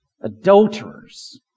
adulterers